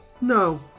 No